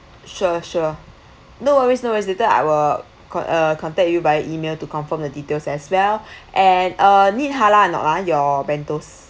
sure sure no worries no worries later I will con~ uh contact you by email to confirm the details as well and uh need halal or not ha your bentos